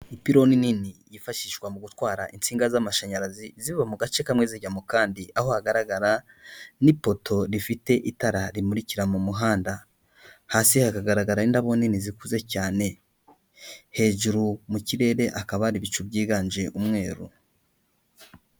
Ipironi nini yifashishwa mu gutwara insinga z'amashanyarazi ziva mu gace kamwe zijya mu kandi, aho hagaragara n'ipoto rifite itara rimurikira mu muhanda. Hasi hakagaragara indabo nini zikuze cyane. Hejuru mu kirere hakaba hari ibicu byiganje umweru.